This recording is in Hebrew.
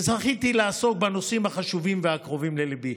וזכיתי לעסוק בנושאים החשובים והקרובים לליבי.